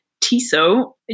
Tiso